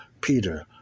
Peter